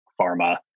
pharma